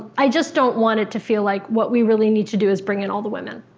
i just don't want it to feel like what we really need to do is bring in all the women.